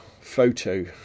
photo